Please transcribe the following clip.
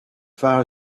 far